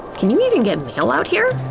can you even get mail out here?